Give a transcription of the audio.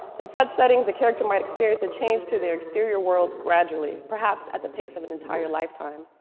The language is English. in such settings the character might experience a change to their exterior worlds gradually, perhaps at the pace of an entire lifetime.